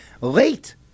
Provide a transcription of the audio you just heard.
late